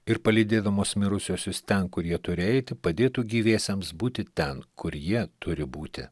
ir palydėdamos mirusiuosius ten kur jie turi eiti padėtų gyviesiems būti ten kur jie turi būti